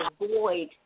avoid